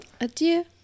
Adieu